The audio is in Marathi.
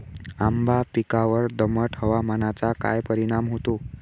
आंबा पिकावर दमट हवामानाचा काय परिणाम होतो?